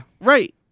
right